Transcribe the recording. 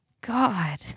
god